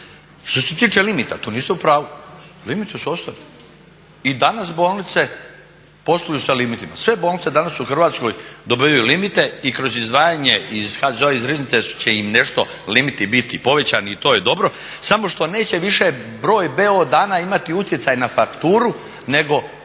Što se tiče limita, tu niste u pravu, limiti su ostali. I danas bolnice posluju sa limitima, sve bolnice danas u Hrvatskoj dobivaju limite i kroz izdvajanja HZZO-a iz riznice će im nešto limiti biti povećani i to je dobro. Samo što neće broj bo dana imati utjecaj na fakturu nego na